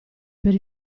per